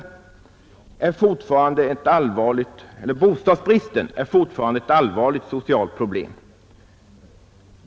Bostadsbristen är fortfarande ett allvarligt socialt problem.